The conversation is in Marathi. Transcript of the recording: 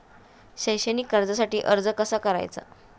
शैक्षणिक कर्जासाठी अर्ज कसा करायचा?